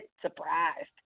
surprised